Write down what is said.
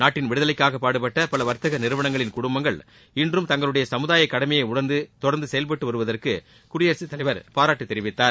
நாட்டின் விடுதலைக்காக பாடுபட்ட பல வர்த்தக நிறுவனங்களின் குடும்பங்கள் இன்றும் தங்களுடைய சமுதாய கடமையை உணர்ந்து தொடர்ந்து செயல்படுவதற்கு பாராட்டு தெரிவித்தார்